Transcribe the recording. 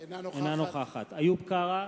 אינה נוכחת איוב קרא,